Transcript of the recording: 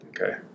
Okay